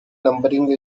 numbering